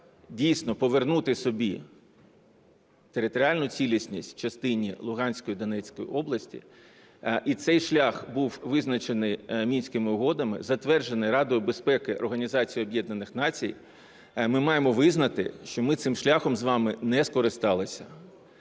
дійсно повернути собі територіальну цілісність у частині Луганської, Донецької області, і цей шлях був визначений Мінськими угодами, затверджений Радою безпеки Організації Об'єднаних Націй, ми маємо визнати, що ми цим шляхом з вами не скористалися.